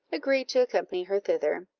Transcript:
agreed to accompany her thither,